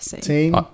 team